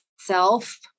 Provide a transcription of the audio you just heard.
self